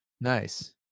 Nice